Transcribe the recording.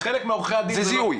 זה זיהוי.